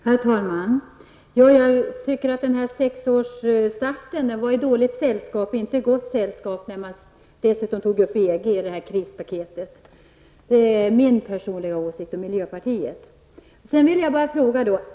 Herr talman! Jag tycker att starten vid sex års ålder var i dåligt sällskap när man dessutom tog upp EG i krispaketet. Det är min personliga åsikt och miljöpartiets.